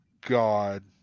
god